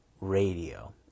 radio